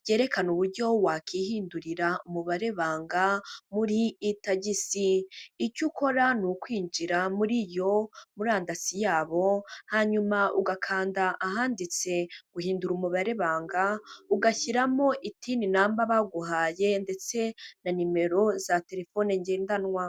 ryerekana uburyo wakwihindurira umubare banga muri tagisi, icyo ukora ni ukwinjira muri iyo murandasi yabo, hanyuma ugakanda ahanditse guhindura umubare banga, ugashyiramo itini number baguhaye ndetse na nimero za telefone ngendanwa.